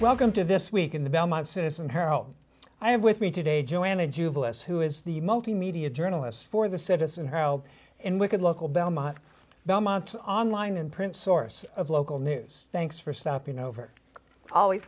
welcome to this week in the belmont citizen her oh i have with me today joanna jubilance who is the multimedia journalist for the citizen how in wicked local belmont belmont online and print source of local news thanks for stopping over always